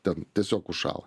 ten tiesiog užšąla